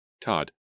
Todd